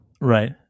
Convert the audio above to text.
Right